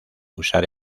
usar